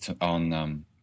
on